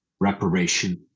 reparation